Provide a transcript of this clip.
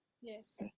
Yes